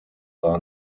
are